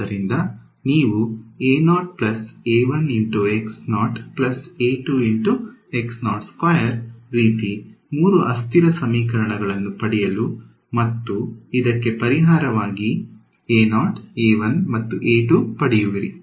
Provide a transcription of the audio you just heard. ಆದ್ದರಿಂದ ನೀವು ರೀತಿ ಮೂರು ಅಸ್ಥಿರ ಸಮೀಕರಣಗಳನ್ನು ಪಡೆಯಲು ಮತ್ತು ಇದಕ್ಕೆ ಪರಿಹಾರವಾಗಿ ಮತ್ತು ಪಡೆಯುವಿರಿ